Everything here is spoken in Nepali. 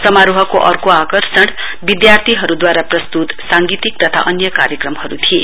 समारोहको अर्को आकर्षण विद्यार्थीहरूद्वारा प्रस्तुत सांगीतिक तथा अन्य कार्यक्रमहरू थिए